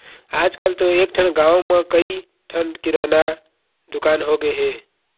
आजकल तो एकठन गाँव म कइ ठन किराना दुकान होगे हे